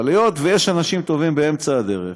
אבל יש אנשים טובים באמצע הדרך.